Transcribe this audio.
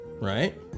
right